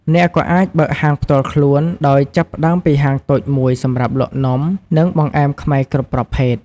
អ្នកក៏អាចបើកហាងផ្ទាល់ខ្លួន ដោយចាប់ផ្ដើមពីហាងតូចមួយសម្រាប់លក់នំ និងបង្អែមខ្មែរគ្រប់ប្រភេទ។